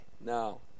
No